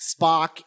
Spock